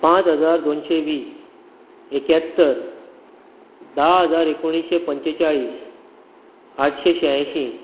पांच हजार दोनशें वीस एक्यात्तर धा हजार एकुणशें पंचेचाळीस आठशीं श्यांयशीं